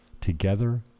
Together